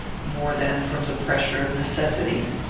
more than from the pressure of necessity.